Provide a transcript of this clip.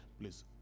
please